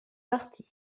party